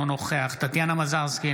אינו נוכח טטיאנה מזרסקי,